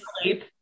sleep